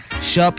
Shop